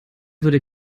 würde